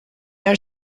are